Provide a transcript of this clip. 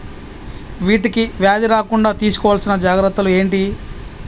వీటికి వ్యాధి రాకుండా తీసుకోవాల్సిన జాగ్రత్తలు ఏంటియి?